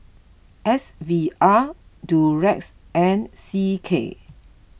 S V R Durex and C K